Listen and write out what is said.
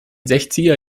sechziger